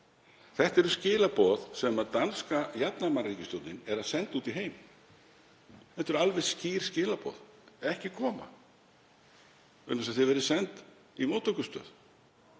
Þetta eru skilaboð sem danska jafnaðarmannaríkisstjórnin er að senda út í heim. Þetta eru alveg skýr skilaboð: Ekki koma, vegna þess að þið verðið send í móttökustöð.